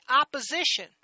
opposition